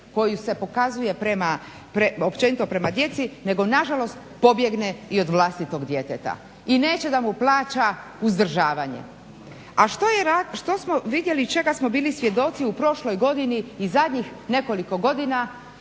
koja se pokazuje općenito prema djeci, nego nažalost pobjegne i od vlastitog djeteta i neće da mu plaća uzdržavanja. A što smo vidjeli i čega smo bili svjedoci u prošloj godini i zadnjih nekoliko godina